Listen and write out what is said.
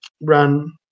run